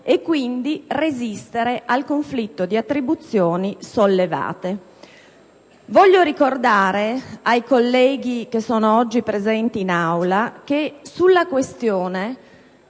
e quindi resistere nel conflitto di attribuzione sollevato. Vorrei ricordare ai colleghi oggi presenti in Aula che sulla questione